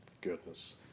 Goodness